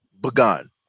begun